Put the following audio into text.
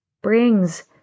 brings